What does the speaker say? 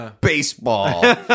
baseball